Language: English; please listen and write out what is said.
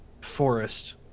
forest